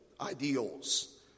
ideals